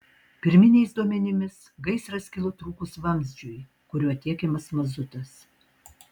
pirminiais duomenimis gaisras kilo trūkus vamzdžiui kuriuo tiekiamas mazutas